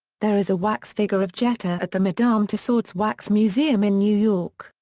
there is a wax figure of jeter at the madame tussauds wax museum in new york,